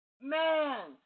Man